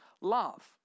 love